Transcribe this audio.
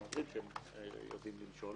הם אומרים שהם יודעים למשול